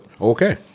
Okay